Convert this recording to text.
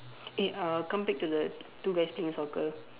eh uh come back to the two guys playing soccer